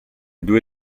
due